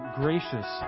gracious